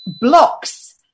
blocks